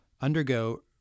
undergo